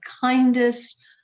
kindest